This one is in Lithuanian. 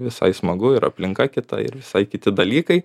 visai smagu ir aplinka kita ir visai kiti dalykai